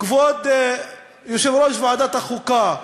כבוד יושב-ראש ועדת החוקה,